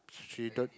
she don't